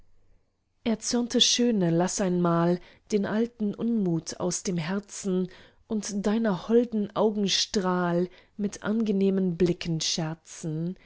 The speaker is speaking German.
erzürnte schöne laß einmal den alten unmut aus dem herzen und deiner holden augen strahl mit angenehmen blicken scherzen